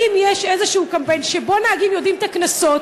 האם יש איזה קמפיין שבו נהגים יודעים מה הקנסות